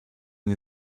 nie